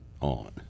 on